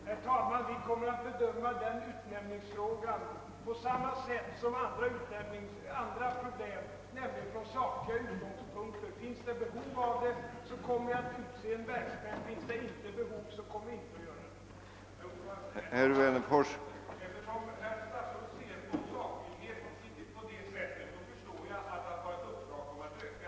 Herr talman! Vi kommer att bedöma sådana utnämningsfrågor på samma sätt som andra problem, nämligen från sakliga utgångspunkter. Finns det behov av det, kommer jag att utse en verkschef. I motsatt fall kommer jag inte att göra det.